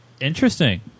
Interesting